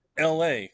LA